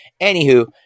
anywho